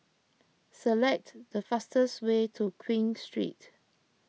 select the fastest way to Queen Street